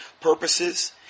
purposes